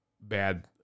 Bad